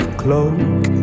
cloak